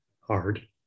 hard